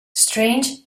strange